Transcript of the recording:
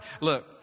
Look